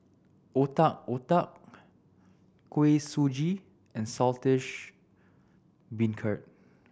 Otak Otak Kuih Suji and Saltish Beancurd